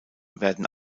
werden